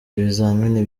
ibizamini